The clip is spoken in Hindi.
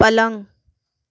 पलंग